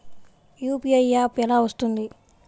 UPI app ఎలా వస్తుంది?